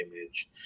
Image